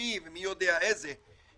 השלישי ומי יודע איזה של